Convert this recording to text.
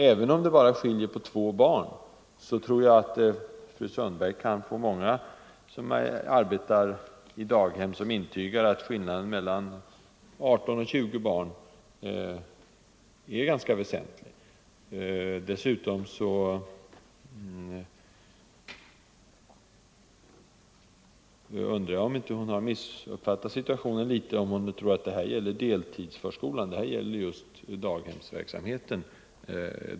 Även om det bara skulle skilja på två barn tror jag att fru Sundberg kan få många som arbetar i daghem att intyga, att skillnaden mellan 18 och 20 barn är ganska väsentlig. Dessutom undrar jag om hon inte har missuppfattat situationen litet, om hon tror att det här gäller deltidsförskolan. De här gruppstorlekarna avser daghemsverksamheten.